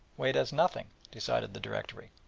weighed as nothing, decided the directory.